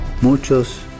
Muchos